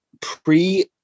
pre